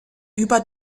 über